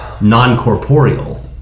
non-corporeal